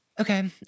okay